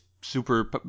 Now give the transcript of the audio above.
super